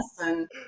and-